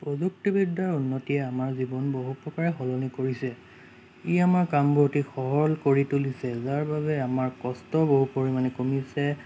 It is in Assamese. প্ৰযুক্তিবিদ্যাৰ উন্নতিয়ে আমাৰ জীৱন বহু প্ৰকাৰে সলনি কৰিছে ই আমাৰ কামবোৰ অতি সৰল কৰি তুলিছে যাৰ বাবে আমাৰ কষ্ট বহু পৰিমাণে কমিছে